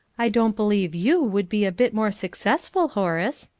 i don't believe you would be a bit more successful, horace!